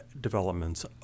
developments